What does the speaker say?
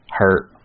hurt